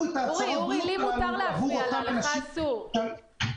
את הצהרות הבריאות עבור אותם נוסעים.